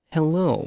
Hello